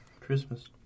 Christmas